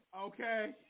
Okay